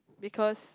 because